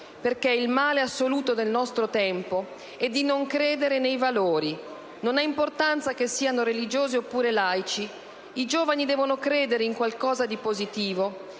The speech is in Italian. «Il male assoluto del nostro tempo è di non credere nei valori. Non ha importanza che siano religiosi oppure laici. I giovani devono credere in qualcosa di positivo,